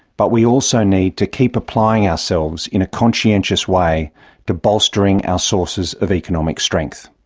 but we also need to keep applying ourselves in a conscientious way to bolstering our sources of economic strength.